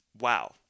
wow